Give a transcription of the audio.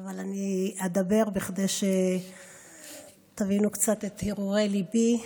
אבל אני אדבר בכדי שתבינו קצת את הרהורי ליבי,